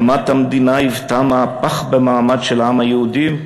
הקמת המדינה היוותה מהפך במעמד של העם היהודי,